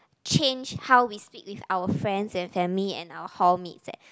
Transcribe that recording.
change how we speak with our friends and family and our hall mates eh